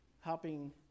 helping